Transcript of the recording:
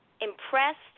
impressed